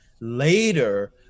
later